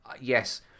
Yes